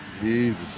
Jesus